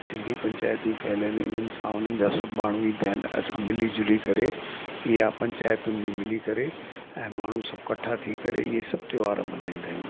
सिंधी पंचायतू ठहियलु आहिनि उन्हनि सां उन्हनि जा सभु माण्हू ईंदा आहिनि असां मिली झुली करे इया पंचायत में मिली करे ऐं माण्हू सब कठा थी करे इए सभु त्योहार मल्हाईंदा आहियूं